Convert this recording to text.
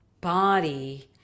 body